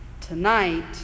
Tonight